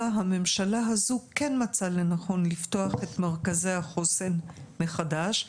הממשלה הזו כן מצאה לנכון לפתוח את מרכזי החוסן מחדש.